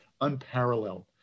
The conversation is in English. unparalleled